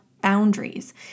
boundaries